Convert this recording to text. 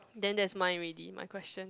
then that's mine already my question